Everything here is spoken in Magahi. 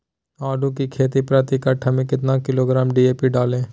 आलू की खेती मे प्रति कट्ठा में कितना किलोग्राम डी.ए.पी डाले?